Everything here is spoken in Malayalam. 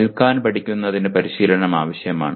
നിൽക്കാൻ പഠിക്കുന്നന്നതിന് പരിശീലനം ആവശ്യമാണ്